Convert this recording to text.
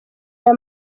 aya